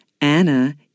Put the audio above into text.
Anna